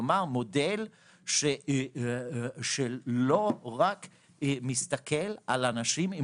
כלומר: מודל שלא רק מסתכל על אנשים עם